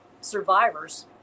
survivors